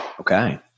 Okay